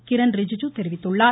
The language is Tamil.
கிரண் ரிஜுஜு தெரிவித்துள்ளார்